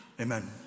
amen